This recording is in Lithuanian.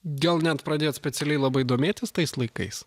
gal net pradėjot specialiai labai domėtis tais laikais